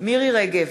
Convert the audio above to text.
מירי רגב,